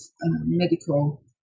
medical